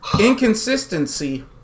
inconsistency